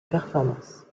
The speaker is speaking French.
performances